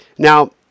Now